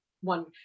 one